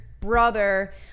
brother